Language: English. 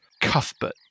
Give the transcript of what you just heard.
cuthbert